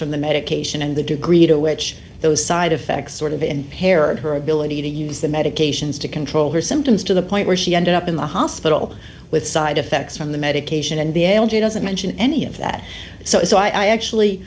from the medication and the degree to which those side effects sort of and paired her ability to use the medications to control her symptoms to the point where she ended up in the hospital with side effects from the medication and the l g doesn't mention any of that so i actually